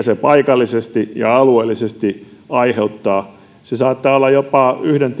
se paikallisesti ja alueellisesti aiheuttaa se saattaa olla jopa yhden